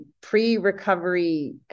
pre-recovery